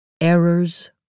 Errors